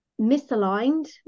misaligned